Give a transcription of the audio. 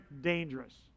dangerous